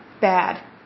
Bad